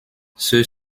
ceux